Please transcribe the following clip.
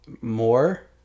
more